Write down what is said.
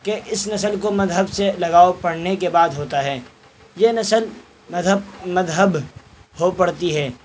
کہ اس نسل کو مذہب سے لگاؤ پڑھنے کے بعد ہوتا ہے یہ نسل مذہب مذہب کو پڑھتی ہے